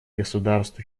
государств